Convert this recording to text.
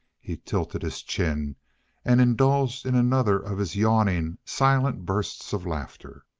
he tilted his chin and indulged in another of his yawning, silent bursts of laughter.